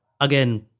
Again